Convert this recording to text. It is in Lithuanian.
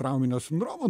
trauminio sindromo